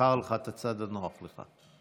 תבחר לך את הצד הנוח לך.